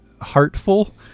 heartful